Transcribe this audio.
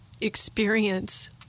experience